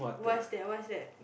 what's that what's that